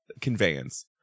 conveyance